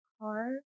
car